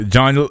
John